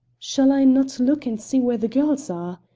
shall i not look and see where the girls are?